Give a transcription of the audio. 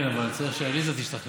כן, אני צריך שעליזה תשתכנע.